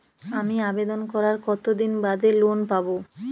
আমি আবেদন করার কতদিন বাদে লোন পাব?